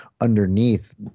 underneath